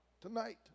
tonight